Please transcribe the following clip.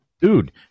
dude